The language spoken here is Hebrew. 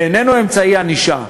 ואיננו אמצעי ענישה.